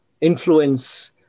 influence